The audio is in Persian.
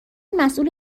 مسئول